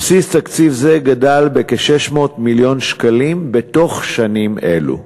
בסיס תקציב זה גדל בכ-600 מיליון שקלים בתוך שנים אלו.